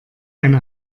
eine